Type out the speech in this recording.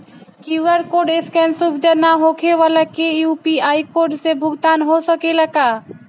QR code scan सुविधा ना होखे वाला के यू.पी.आई कोड से भुगतान हो सकेला का?